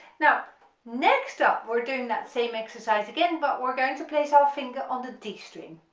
now next up we're doing that same exercise again but we're going to place our finger on the d string,